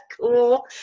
cool